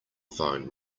phone